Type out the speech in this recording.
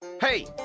Hey